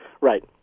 Right